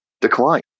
decline